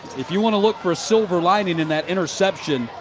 if you and look for a silver lining in that interception,